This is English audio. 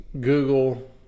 Google